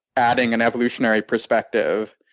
adding an evolutionary perspective,